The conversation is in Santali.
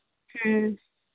ᱦᱮᱸ